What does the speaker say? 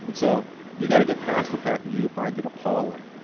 and so you got to get past the fact that you find it appalling.